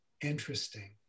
interesting